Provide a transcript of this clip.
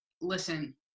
Listen